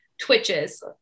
twitches